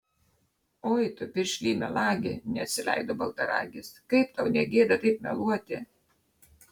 oi tu piršly melagi neatsileido baltaragis kaip tau ne gėda taip meluoti